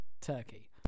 turkey